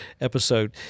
episode